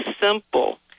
simple